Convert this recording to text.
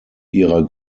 ihrer